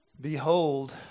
Behold